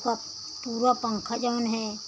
ओका पूरा पंखा जौन है